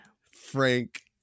Frank